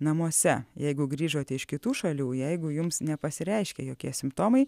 namuose jeigu grįžote iš kitų šalių jeigu jums nepasireiškė jokie simptomai